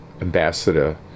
ambassador